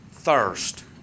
Thirst